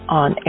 on